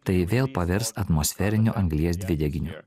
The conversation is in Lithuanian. tai vėl pavirs atmosferiniu anglies dvideginiu